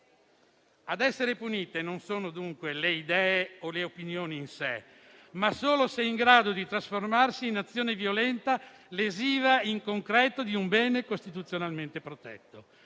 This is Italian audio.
Ad essere punite non sono dunque le idee o le opinioni in sé, ma solo se in grado di trasformarsi in azione violenta e lesiva in concreto di un bene costituzionalmente protetto.